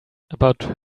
about